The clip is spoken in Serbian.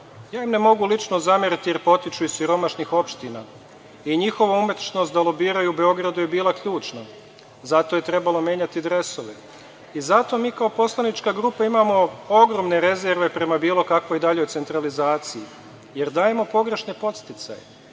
Ja im ne mogu lično zameriti jer potiču iz siromašnih opština i njihova umešnost da lobiraju u Beogradu je bila ključna, zato je i trebalo menjati dresove. Zato mi kao poslanička grupa imamo ogromne rezerve prema bilo kakvoj daljoj centralizaciji, jer dajemo pogrešne podsticaje,